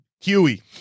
Huey